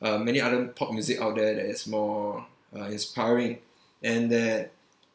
uh many other pop music out there that is more uh inspiring and that